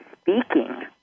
speaking